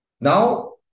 Now